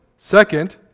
Second